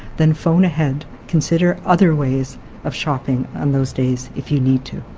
then phone ahead. consider other ways of shopping on those days if you need to.